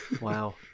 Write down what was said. wow